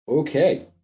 Okay